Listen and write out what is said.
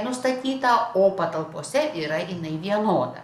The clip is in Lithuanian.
nustatyta o patalpose yra vienoda